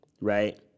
right